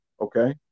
okay